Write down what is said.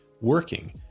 working